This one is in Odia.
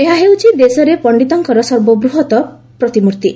ଏହା ହେଉଛି ଦେଶରେ ପଣ୍ଡିତଙ୍କର ସର୍ବବୃହତ ପ୍ରତିମୂର୍ତ୍ତି